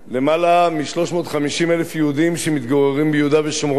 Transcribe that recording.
מ-350,000 יהודים שמתגוררים ביהודה ושומרון.